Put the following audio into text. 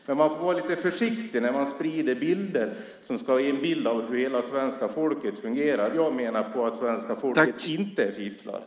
Men man får vara lite försiktig när man sprider bilder som ska visa hur hela svenska folket fungerar. Jag menar att svenska folket inte är fifflare.